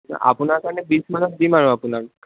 আপোনাৰ কাৰণে বিছ মানত দিম আৰু আপোনাক